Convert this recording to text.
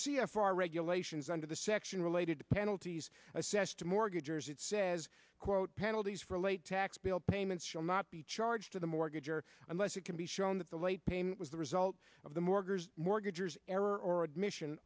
r regulations under the section related to penalties assessed mortgage or as it says quote penalties for late tax bill payments shall not be charged to the mortgage or unless it can be shown that the late payment was the result of the mortars mortgagers error or admission